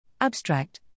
Abstract